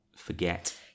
forget